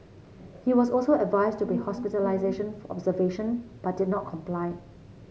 he was also advised to be hospitalised for observation but did not comply